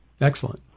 Excellent